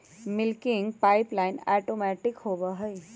milking pipeline automatic होबा हई